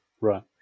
right